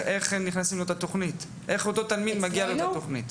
איך אותו תלמיד מגיע לתכנית?